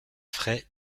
frais